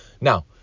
now